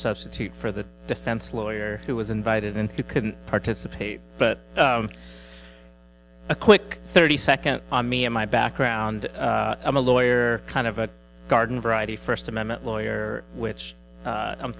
substitute for the defense lawyer who was invited and you couldn't participate but a quick thirty seconds on me and my background i'm a lawyer kind of a garden variety first amendment lawyer which